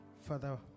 Father